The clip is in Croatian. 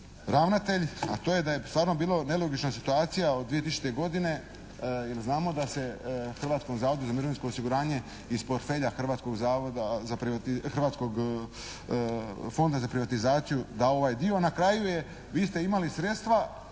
ravnatelj, da to je da je stvarno bilo nelogična situacija od 2000. godine jer znamo da se Hrvatskom zavodu za mirovinsko osiguranje iz portfelja Hrvatskog zavoda za privatizaciju, Hrvatskog fonda za privatizaciju dao